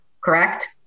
Correct